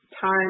time